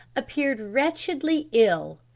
appeared wretchedly ill.